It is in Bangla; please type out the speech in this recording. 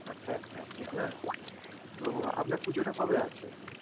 আচ্ছা এক প্লাস্টিক না তো আপনার পুজোটা কবে আছে